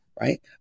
right